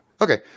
Okay